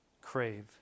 crave